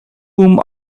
whom